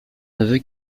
neveu